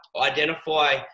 identify